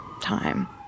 time